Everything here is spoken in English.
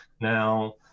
Now